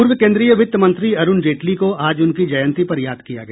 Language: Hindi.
पूर्व केंद्रीय वित्त मंत्री अरुण जेटली को आज उनकी जयंती पर याद किया गया